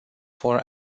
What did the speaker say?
for